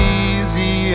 easy